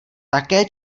také